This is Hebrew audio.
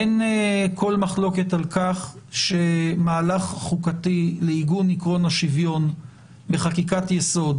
אין כל מחלוקת על כך שמהלך חוקתי לעיגון עקרון השוויון בחקיקת יסוד,